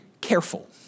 careful